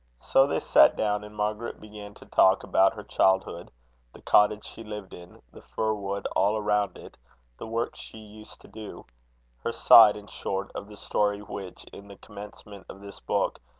so they sat down and margaret began to talk about her childhood the cottage she lived in the fir-wood all around it the work she used to do her side, in short, of the story which, in the commencement of this book,